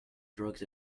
drugs